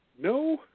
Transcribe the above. No